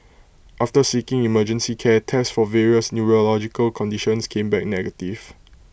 after seeking emergency care tests for various neurological conditions came back negative